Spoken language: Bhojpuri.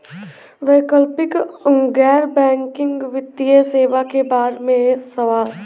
वैकल्पिक गैर बैकिंग वित्तीय सेवा के बार में सवाल?